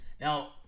Now